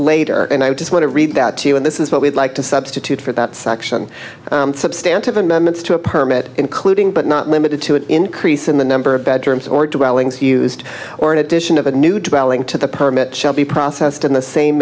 later and i just want to read that to you and this is what we'd like to substitute for that section substantial amendments to a permit including but not limited to an increase in the number of bedrooms or dwellings used or in addition of a new development to the permit shall be processed in the same